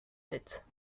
tête